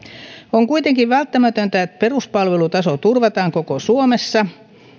on kuitenkin välttämätöntä että peruspalvelutaso turvataan koko suomessa